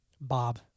Bob